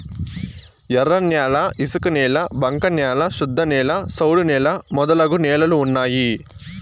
ఎర్రన్యాల ఇసుకనేల బంక న్యాల శుద్ధనేల సౌడు నేల మొదలగు నేలలు ఉన్నాయి